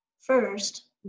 first